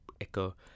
echo